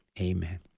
Amen